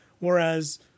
Whereas